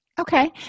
Okay